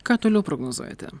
ką toliau prognozuojate